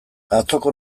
atzoko